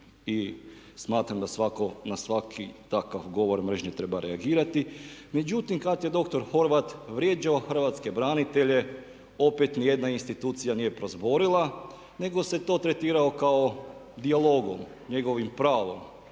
i smatram da svatko na svaki takav govor mržnje treba reagirati. Međutim, kad je doktor Horvat vrijeđao Hrvatske branitelje, opet ni jedna institucija nije prozborila nego se to tretiralo kao dijalogom, njegovim pravom